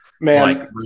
man